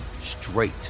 straight